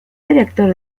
director